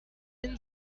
den